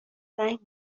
زنگ